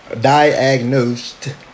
Diagnosed